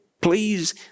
please